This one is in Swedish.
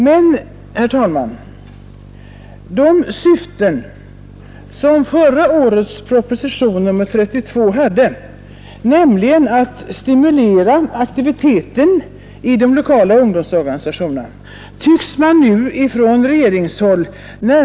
Men, herr talman, det syfte som förra årets proposition nr 32 hade, nämligen att stimulera aktiviteten i de lokala ungdomsorganisationerna, tycks nu närmast ha väckt förskräckelse på regeringshåll.